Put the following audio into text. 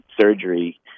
surgery